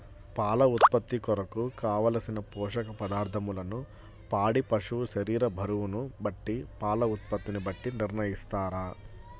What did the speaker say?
పాల ఉత్పత్తి కొరకు, కావలసిన పోషక పదార్ధములను పాడి పశువు శరీర బరువును బట్టి పాల ఉత్పత్తిని బట్టి నిర్ణయిస్తారా?